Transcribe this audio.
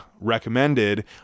recommended